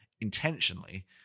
intentionally